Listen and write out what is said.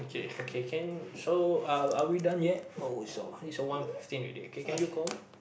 okay can show uh are we done yet oh so it's one fifteen already okay can you call